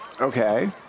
Okay